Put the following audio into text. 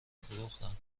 فروختند